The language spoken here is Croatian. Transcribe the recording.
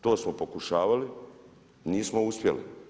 To smo pokušavali, nismo uspjeli.